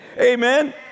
Amen